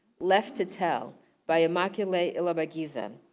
left to tell by immaculee ilibagiza,